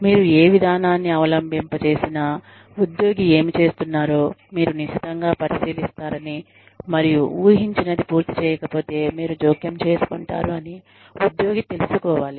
మీరు ఏ విధానాన్ని అవలంబింప చేసినా ఉద్యోగి ఏమి చేస్తున్నారో మీరు నిశితంగా పరిశీలిస్తారని మరియు ఊహించినది పూర్తి చేయకపోతే మీరు జోక్యం చేసుకుంటారు అని ఉద్యోగి తెలుసుకోవాలి